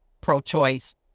pro-choice